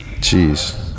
jeez